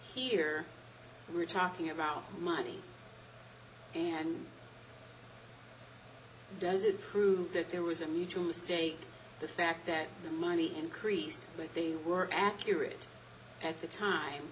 here we're talking about money and does it prove that there was a mutual mistake the fact that the money increased but they were accurate at the time